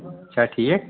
چھا ٹھیٖک